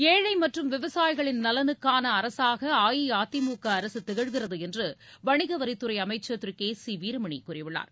ஏழை மற்றும் விவசாயிகளின் நலனுக்கான அரசாக அஇஅதிமுக அரசு திகழ்கிறது வணிகவரித்துறை அமைச்சர் திரு கே சி வீரமணி கூறியுள்ளார்